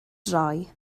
droi